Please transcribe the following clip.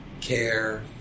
care